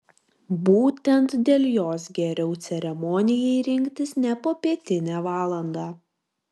būtent dėl jos geriau ceremonijai rinktis ne popietinę valandą